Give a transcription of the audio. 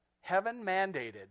Heaven-mandated